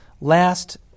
last